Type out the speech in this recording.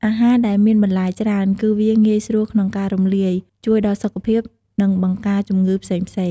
អាហារដែលមានបន្លែច្រើន គឺវាងាយស្រួលក្នុងការរំលាយ ជួយដល់សុខភាព និង បង្ការជំងឺផ្សេងៗ។